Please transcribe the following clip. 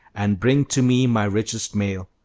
and bring to me my richest mail,